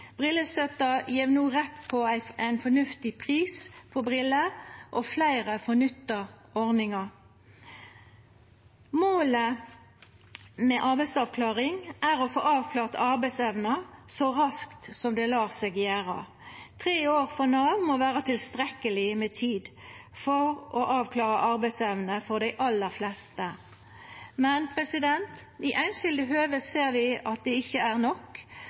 Brillestøtta gjev no rett på ein fornuftig pris på briller, og fleire får nytta ordninga. Målet med arbeidsavklaring er å få avklart arbeidsevna så raskt som det lèt seg gjera. Tre år frå Nav må vera tilstrekkeleg med tid for å avklara arbeidsevna for dei aller fleste. Men i einskilde høve ser vi at det ikkje er nok,